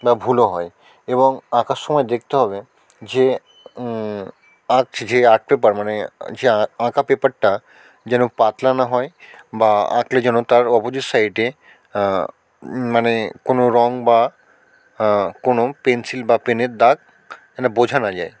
বা ভুলও হয় এবং আঁকার সময় দেকতে হবে যে আঁকছে যে আর্টপেপার মানে যে আঁকা পেপারটা যেন পাতলা না হয় বা আঁকলে যেন তার অপজিট সাইডে মানে কোনো রং বা কোনো পেনসিল বা পেনের দাগ যেন বোঝা না যায়